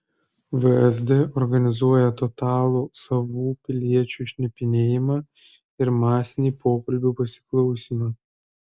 vsd organizuoja totalų savų piliečių šnipinėjimą ir masinį pokalbių pasiklausymą